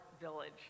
village